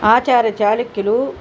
ఆచార్య చాళుక్యులు